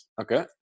Okay